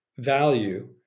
Value